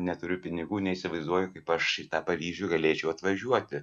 neturiu pinigų neįsivaizduoju kaip aš į tą paryžių galėčiau atvažiuoti